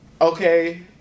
okay